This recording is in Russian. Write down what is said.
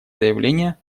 заявление